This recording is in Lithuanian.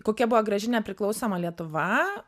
kokia buvo graži nepriklausoma lietuva